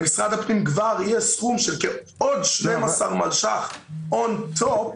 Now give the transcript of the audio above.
למשרד הפנים כבר יהיה סכום של עוד 12 מיליון שקלים און טופ.